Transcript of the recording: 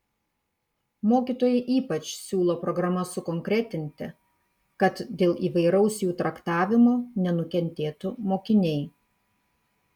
mokytojai ypač siūlo programas sukonkretinti kad dėl įvairaus jų traktavimo nenukentėtų mokiniai